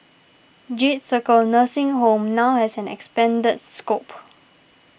Jade Circle nursing home now has an expanded scope